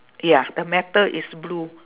ya the metal is blue